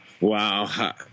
Wow